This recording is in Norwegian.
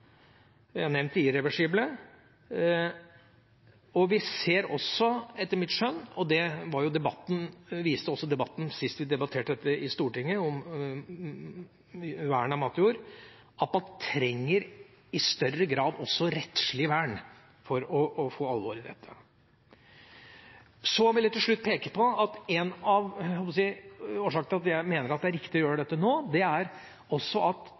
Jeg har nevnt det irreversible, og etter mitt skjønn ser vi – og det viste også debatten sist vi i Stortinget debatterte vern av matjord – at man i større grad også trenger rettslig vern for å få alvor inn i dette. Til slutt vil jeg peke på at en av årsakene til at jeg mener det er riktig å gjøre dette nå, er et dette også er et politisk område hvor det er mulig å oppnå noe. Det er ikke sånn at